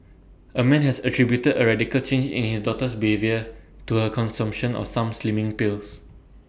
A man has attributed A radical change in his daughter's behaviour to her consumption of some slimming pills